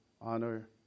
honor